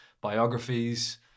biographies